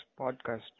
Podcast